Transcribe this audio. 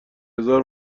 هزار